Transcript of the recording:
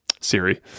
Siri